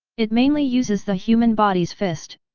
it mainly uses the human body's fist,